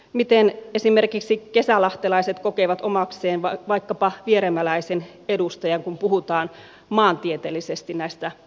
miten esimerkiksi kesälahtelaiset kokevat omakseen vaikkapa vieremäläisen edustajan kun puhutaan maantieteellisesti näistä äärialueista